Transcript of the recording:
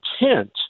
intent